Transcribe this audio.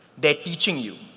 they're teaching you.